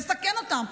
לסכן אותם.